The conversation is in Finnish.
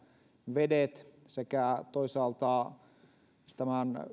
vedet sekä toisaalta tämän